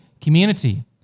community